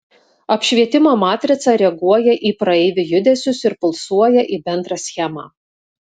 apšvietimo matrica reaguoja į praeivių judesius ir pulsuoja į bendrą schemą